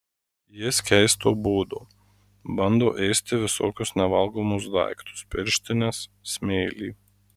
jis keisto būdo bando ėsti visokius nevalgomus daiktus pirštines smėlį